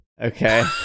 Okay